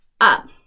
up